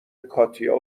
کاتیا